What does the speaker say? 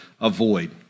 avoid